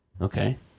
Okay